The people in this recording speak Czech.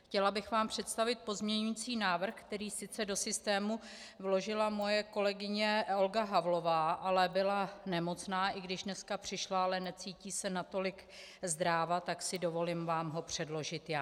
Chtěla bych vám představit pozměňovací návrh, který sice do systému vložila moje kolegyně Olga Havlová, ale byla nemocná, i když dneska přišla, ale necítí se natolik zdráva, tak si dovolím vám ho předložit já.